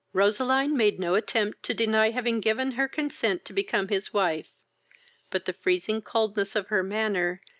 roseline made no attempt to deny having given her consent to become his wife but the freezing coldness of her manner,